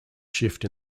shift